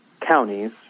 counties